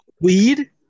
weed